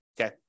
Okay